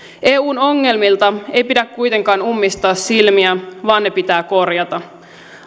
eun ongelmilta ei pidä kuitenkaan ummistaa silmiä vaan ne pitää korjata